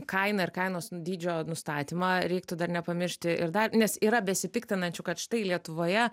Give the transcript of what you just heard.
kainą ir kainos dydžio nustatymą reiktų dar nepamiršti ir dar nes yra besipiktinančių kad štai lietuvoje